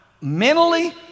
mentally